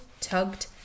tugged